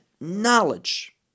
knowledge